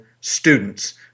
students